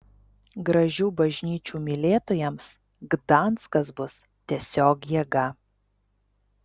gražių bažnyčių mylėtojams gdanskas bus tiesiog jėga